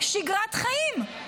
שגרת חיים.